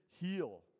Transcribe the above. heal